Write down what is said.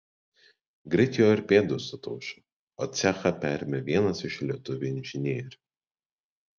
greit jo ir pėdos ataušo o cechą perėmė vienas iš lietuvių inžinierių